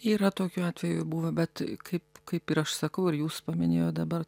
yra tokių atvejų buvę bet kaip kaip ir aš sakau ir jūs paminėjot dabar